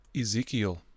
ezekiel